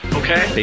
okay